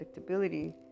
predictability